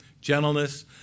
gentleness